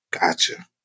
Gotcha